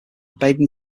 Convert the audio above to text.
baden